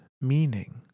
meaning